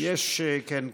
כן.